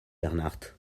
bernard